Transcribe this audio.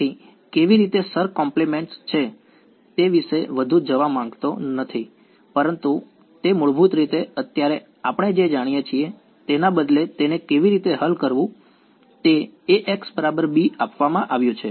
તેથી કેવી રીતે શર કોમ્પ્લિમેંટ છે તે વિશે વધુ જવા માંગતો નથી પરંતુ તે મૂળભૂત રીતે અત્યારે આપણે જે જાણીએ છીએ તેના બદલે તેને કેવી રીતે હલ કરવું તે Axb આપવામાં આવ્યું છે